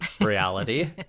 reality